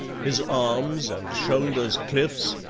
his arms and shoulders cliffs,